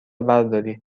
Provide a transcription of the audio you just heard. برداری